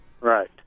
Right